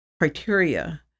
criteria